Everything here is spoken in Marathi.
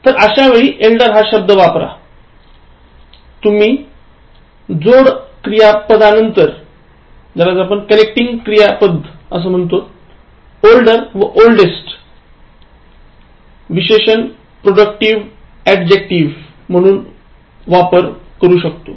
तर अश्या वेळी एल्डर हा शब्द वापरा तुम्ही कनेक्टिंग क्रियापदांनंतर ओल्डर व ओल्डेस्ट विशेषण प्रेडिक्टिव्ह ऍडजेक्टिव्ह म्हणून वापरू शकता